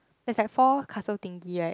there's like four castle thingy right